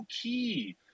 key